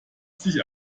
sich